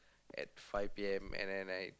at five P_M and then I